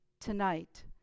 tonight